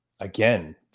Again